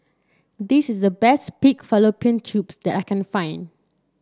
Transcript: this is the best Pig Fallopian Tubes that I can find